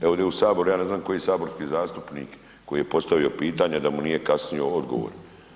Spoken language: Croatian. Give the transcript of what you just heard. Evo ovdje u saboru ja ne znam koji saborski zastupnik koji je postavio pitanje da mu nije kasnio odgovor.